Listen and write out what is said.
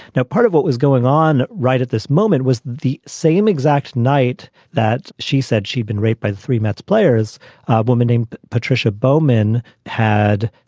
now, part of what was going on right at this moment was the same exact night that she said she'd been raped by the three mets players, a woman named patricia bowman had.